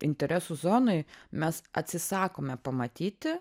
interesų zonoj mes atsisakome pamatyti